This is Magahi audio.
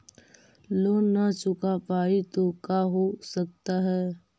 लोन न चुका पाई तो का हो सकता है?